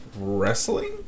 wrestling